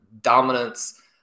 dominance